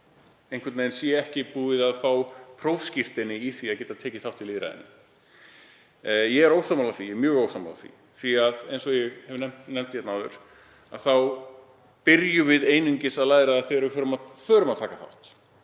einhvern veginn ekki búið að fá prófskírteini í því að geta tekið þátt í lýðræðinu. Ég er ósammála því, mjög ósammála, því að eins og ég nefndi förum við einungis að læra þegar við förum að taka þátt.